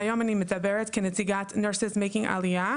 והיום אני מדברת כנציגת nurses making aliyah,